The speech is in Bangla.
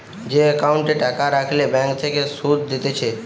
যে একাউন্টে টাকা রাখলে ব্যাঙ্ক থেকে সুধ দিতেছে